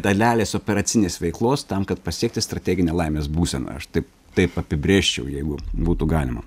dalelės operacinės veiklos tam kad pasiekti strateginę laimės būseną aš taip taip apibrėžčiau jeigu būtų galima